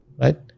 right